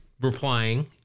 Replying